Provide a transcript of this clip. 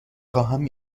خواهم